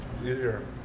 easier